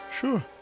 Sure